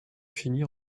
fini